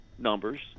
numbers